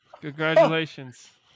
Congratulations